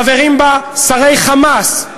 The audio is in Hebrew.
חברים בה שרי "חמאס",